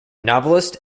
novelist